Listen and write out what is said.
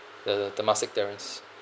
the the temasek terrence